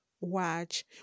watch